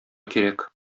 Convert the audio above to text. кирәк